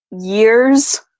years